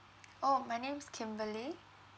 !ow! my name is kimberly